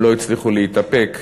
הם לא הצליחו להתאפק